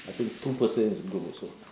I think two person is group also